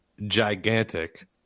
gigantic